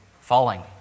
falling